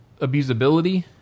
abusability